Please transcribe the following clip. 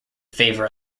favour